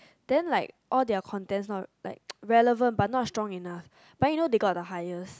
then like all their contents not like relevant but not strong enough but you know they got the highest